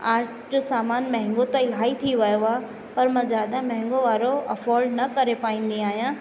art सामान महांगो त इलाही थी वियो आहे पर मां ज्यादा महांगे वारो अफ़ॉड न करे पाईंदी आहियां